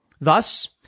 thus